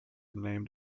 named